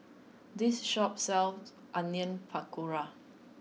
this shop sells Onion Pakora